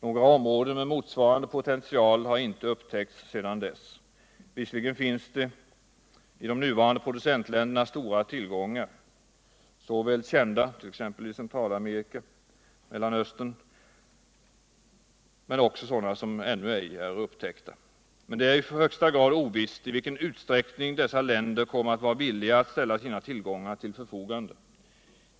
Några områden med motsvarande potential har inte upptäckts sedan dess. Visserligen finns det i de nuvarande producentländerna stora tillgångar, i vissa fall kända — exempelvis i Centralamerika och Mellanöstern — men också sådana som ännu ej är upptäckta. Emellertid är det i högsta grad ovisst i vilken utsträckning dessa länder kommer att vara villiga att ställa sina tillgångar till förfogande.